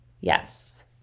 yes